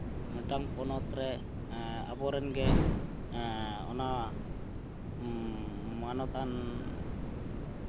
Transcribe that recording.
ᱢᱤᱫᱴᱟᱱ ᱯᱚᱱᱚᱛ ᱨᱮ ᱟᱵᱚᱨᱮᱱᱜᱮ ᱚᱱᱟ ᱢᱟᱱᱚᱛᱟᱱ